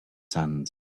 sands